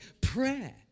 prayer